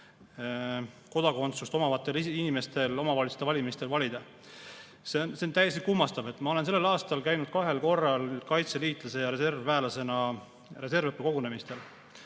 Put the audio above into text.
kodakondsuse[ta] inimestel omavalitsuste valimistel valida. See on täiesti kummastav. Ma olen sellel aastal käinud kahel korral kaitseliitlase ja reservväelasena reservõppekogunemistel.